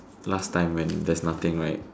last time when there's nothing right